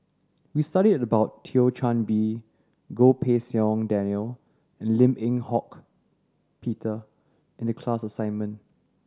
we studied about Thio Chan Bee Goh Pei Siong Daniel and Lim Eng Hock Peter in the class assignment